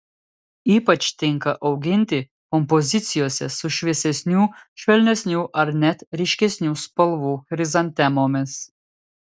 ypač tinka auginti kompozicijose su šviesesnių švelnesnių ar net ryškesnių spalvų chrizantemomis